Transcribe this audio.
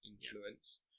influence